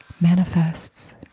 manifests